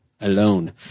Alone